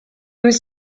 was